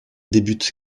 débute